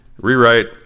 Rewrite